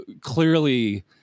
clearly